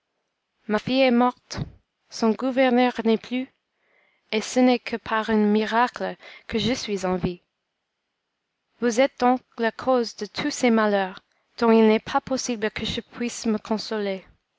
ma fille est morte son gouverneur n'est plus et ce n'est que par un miracle que je suis en vie vous êtes donc la cause de tous ces malheurs dont il n'est pas possible que je puisse me consoler